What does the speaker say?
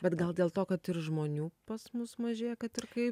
bet gal dėl to kad ir žmonių pas mus mažėja kad ir kaip